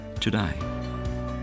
today